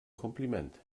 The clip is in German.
kompliment